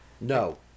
No